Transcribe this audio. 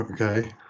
Okay